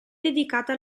dedicata